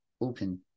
Open